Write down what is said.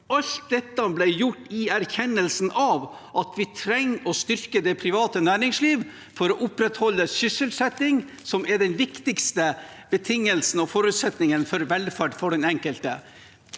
Alt dette ble gjort i erkjennelsen av at vi trenger å styrke det private næringslivet for å opprettholde sysselsettingen, som er den viktigste betingelsen og forutsetningen for velferd for den enkelte.